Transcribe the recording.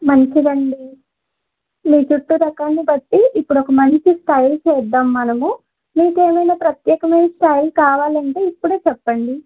మంచిది అండి మీ జుట్టు రకాన్ని బట్టి ఇప్పుడు ఒక మంచి స్టైల్ చేద్దాం మనము మీకు ఏమైనా ప్రత్యేకమైన స్టైల్ కావాలంటే ఇప్పుడే చెప్పండి